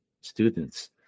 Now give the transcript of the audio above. students